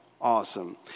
awesome